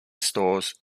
stores